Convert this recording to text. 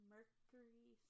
Mercury